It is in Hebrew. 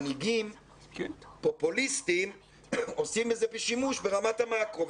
מנהיגים פופוליסטים עושים בזה שימוש ברמת המקרו,